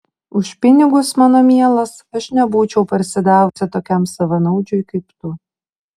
už pinigus mano mielas aš nebūčiau parsidavusi tokiam savanaudžiui kaip tu